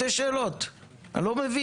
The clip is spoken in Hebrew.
אלה שתי שאלות, אני לא מבין.